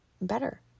better